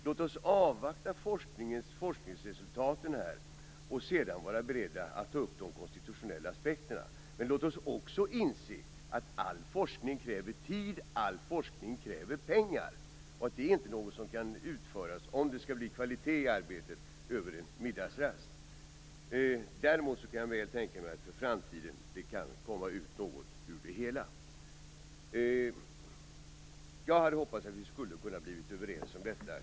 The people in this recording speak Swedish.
Låt oss avvakta forskningsresultaten och sedan vara beredda att ta upp de konstitutionella aspekterna. Låt oss också inse att all forskning kräver tid och pengar. Det är inte något som kan utföras - om det skall bli kvalitet i arbetet - över en middagsrast. Däremot kan jag väl tänka mig att det i framtiden kan komma ut något ur det hela. Jag hade hoppats att vi skulle ha kunnat komma överens om detta.